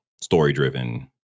story-driven